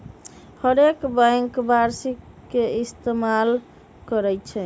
हरेक बैंक वारषिकी के इस्तेमाल करई छई